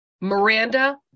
Miranda